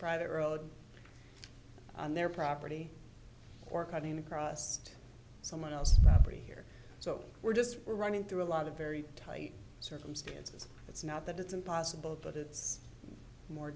private road on their property or coming across to someone else here so we're just we're running through a lot of very tight circumstances it's not that it's impossible but it's more